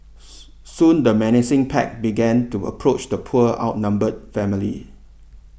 soon the menacing pack began to approach the poor outnumbered family